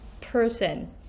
person